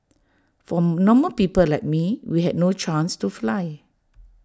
for normal people like me we had no chance to fly